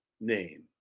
name